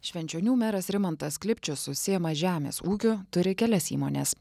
švenčionių meras rimantas klipčius užsiima žemės ūkiu turi kelias įmones